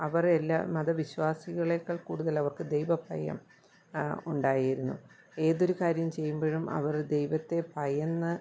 അവരെല്ലാം മതവിശ്വാസികളേക്കാൾ കൂടുതലവർക്ക് ദൈവഭയം ഉണ്ടായിരുന്നു ഏതൊരു കാര്യം ചെയ്യുമ്പോഴും അവർ ദൈവത്തെ ഭയന്ന്